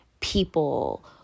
people